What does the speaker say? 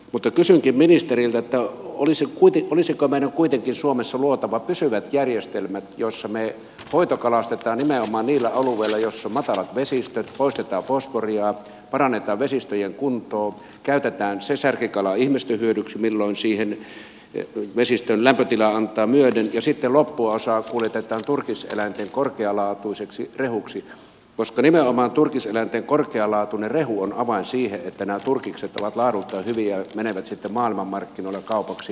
mutta kysynkin ministeriltä olisiko meidän kuitenkin suomessa luotava pysyvät järjestelmät joissa me hoitokalastetaan nimenomaan niillä alueilla joilla on matalat vesistöt poistetaan fosforia parannetaan vesistöjen kuntoa käytetään se särkikala ihmisten hyödyksi milloin siihen vesistön lämpötila antaa myöden ja sitten loppuosa kuljetetaan turkiseläinten korkealaatuiseksi rehuksi koska nimenomaan turkiseläinten korkealaatuinen rehu on avain siihen että nämä turkikset ovat laadultaan hyviä ja menevät sitten maailmanmarkkinoilla kaupaksi